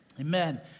Amen